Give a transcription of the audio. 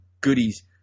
goodies